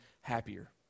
happier